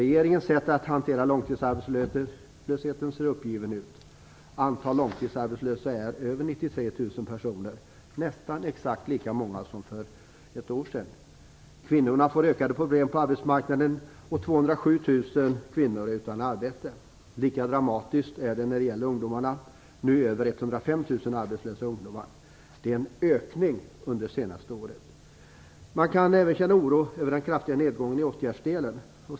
Regeringen hanterar som det ser ut långtidsarbetslösheten på ett uppgivet sätt. Över 93 000 personer är nu långtidsarbetslösa. Det är nästan exakt lika många som för ett år sedan. Kvinnorna får ökade problem på arbetsmarknaden, och 207 000 kvinnor är utan arbete. Lika dramatiskt är det för ungdomarna. Det finns nu över 105 000 arbetslösa ungdomar, vilket innebär att det har skett en ökning under det senaste året. Man kan även känna oro över den kraftiga nedgången i åtgärdsdelen.